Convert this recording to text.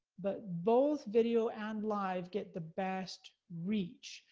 but both video and live get the best reach.